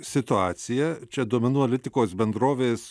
situacija čia duomenų analitikos bendrovės